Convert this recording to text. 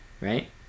right